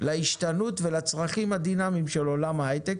להשתנות ולצרכים הדינאמיים של עולם ההיי-טק